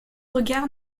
regard